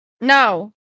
no